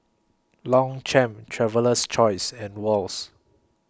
Longchamp Traveler's Choice and Wall's